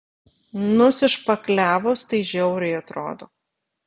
nusišpakliavus tai žiauriai atrodo